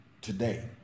today